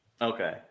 okay